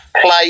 play